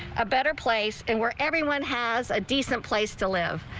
a better place and where everyone has a decent place to live.